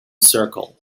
circle